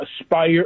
aspire